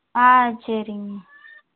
ஆ சரிங்க